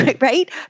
right